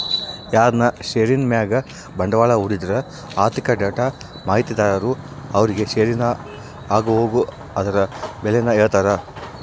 ಯಾರನ ಷೇರಿನ್ ಮ್ಯಾಗ ಬಂಡ್ವಾಳ ಹೂಡಿದ್ರ ಆರ್ಥಿಕ ಡೇಟಾ ಮಾಹಿತಿದಾರರು ಅವ್ರುಗೆ ಷೇರಿನ ಆಗುಹೋಗು ಅದುರ್ ಬೆಲೇನ ಹೇಳ್ತಾರ